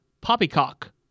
Poppycock